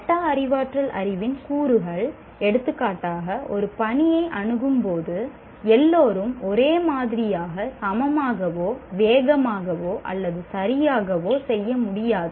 meta அறிவாற்றல் அறிவின் கூறுகள் எடுத்துக்காட்டாக ஒரு பணியை அணுகும் போது எல்லோரும் ஒரே மாதிரியாக சமமாகவோ வேகமாகவோ அல்லது சரியாகவோ செய்ய முடியாது